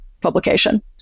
publication